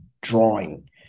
drawing